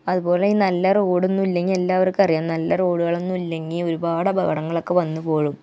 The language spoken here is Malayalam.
അത്പോലെ ഇ നല്ല റോഡൊന്നും ഇല്ലെങ്കിൽ എല്ലാവര്ക്കും അറിയാം നല്ല റോഡുകളൊന്നും ഇല്ലെങ്കിൽ ഒരുപാട് അപകടങ്ങളൊക്കെ വന്ന് പോകും